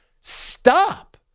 Stop